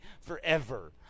forever